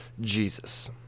Jesus